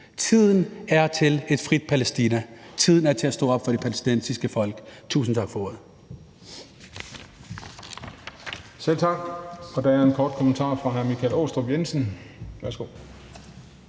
Tiden er til et frit Palæstina. Tiden er til at stå op for det palæstinensiske folk. Tusind tak for ordet. Kl. 18:41 Den fg. formand (Christian Juhl):